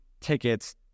tickets